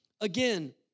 again